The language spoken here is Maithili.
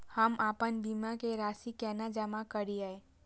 हम आपन बीमा के राशि केना जमा करिए?